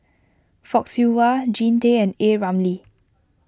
Fock Siew Wah Jean Tay and A Ramli